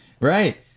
right